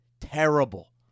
Terrible